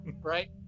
right